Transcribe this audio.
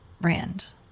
Brand